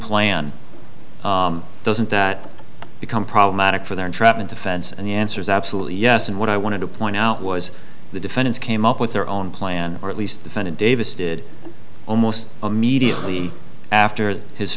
plan doesn't that become problematic for the entrapment defense and the answer is absolutely yes and what i wanted to point out was the defendants came up with their own plan or at least defended davis did almost immediately after his